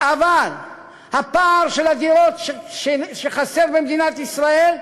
אבל הפער של הדירות שחסרות במדינת ישראל,